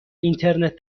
اینترنت